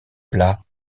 plat